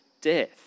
death